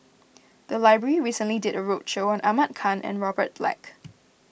the library recently did a roadshow on Ahmad Khan and Robert Black